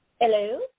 Hello